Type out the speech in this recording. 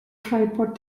tripod